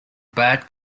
bad